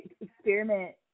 experiment